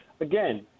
again